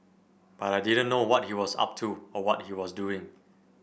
but I didn't know what he was up to or what he was doing